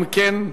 אם כן,